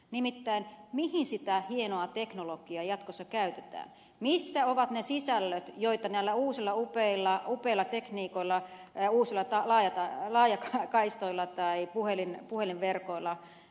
nimittäin mihin sitä hienoa teknologiaa jatkossa käytetään missä ovat ne sisällöt joita näillä uusilla upeilla tekniikoilla uusilla laajakaistoilla tai puhelinverkoilla siirretään